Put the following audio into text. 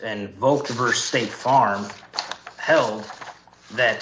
and both verse state farm hell that